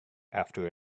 after